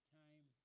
time